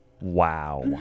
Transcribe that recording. Wow